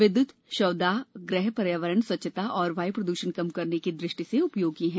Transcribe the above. विद्युत शवदाह गृह पर्यावरण स्वच्छता और वायु प्रदूषण कम करने की दृष्टि से उपयोगी है